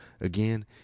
Again